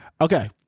Okay